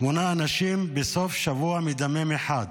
שמונה אנשים בסוף שבוע מדמם אחד,